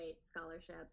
scholarship